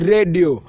Radio